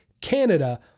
Canada